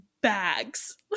bags